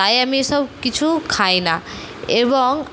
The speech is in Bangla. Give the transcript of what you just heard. তাই আমি এসব কিছু খাই না এবং